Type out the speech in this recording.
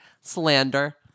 slander